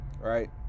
right